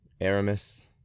Aramis